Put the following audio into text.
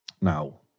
Now